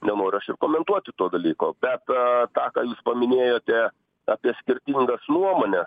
nenoriu aš ir komentuoti to dalyko bet tą ką jūs paminėjote apie skirtingas nuomones